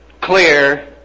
clear